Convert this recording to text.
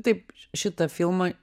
taip šitą filmą